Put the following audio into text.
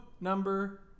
number